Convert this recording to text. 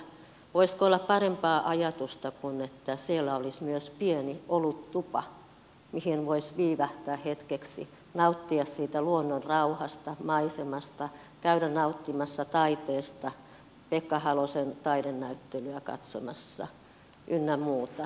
voisiko olla parempaa ajatusta kuin että siellä olisi myös pieni oluttupa missä voisi viivähtää hetken nauttia siitä luonnon rauhasta maisemasta käydä nauttimassa taiteesta käydä pekka halosen taidenäyttelyä katsomassa ynnä muuta